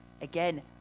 again